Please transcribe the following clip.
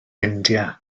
india